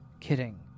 kidding